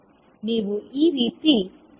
ನೀವು ಈ ರೀತಿ ಸೆಳೆಯಬಹುದು